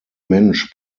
mensch